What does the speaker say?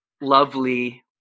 lovely